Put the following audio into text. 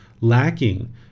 lacking